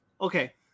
Okay